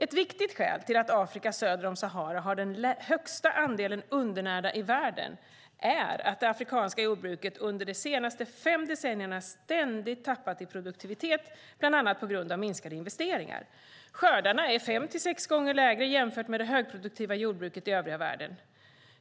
Ett viktigt skäl till att Afrika söder om Sahara har den högsta andelen undernärda i världen är att det afrikanska jordbruket under de senaste fem decennierna ständigt tappat i produktivitet, bland annat på grund av minskade investeringar. Skördarna är 5-6 gånger lägre jämfört med det högproduktiva jordbruket i övriga världen.